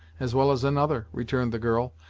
as well as another, returned the girl.